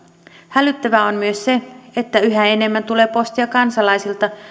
hälyttävää on myös se että yhä enemmän tulee postia kansalaisilta